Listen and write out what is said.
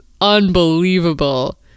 unbelievable